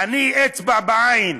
אני, אצבע בעין.